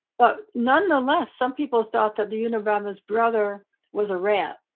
but nonetheless, some people thought that the unabomber's brother was a rat.